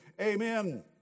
Amen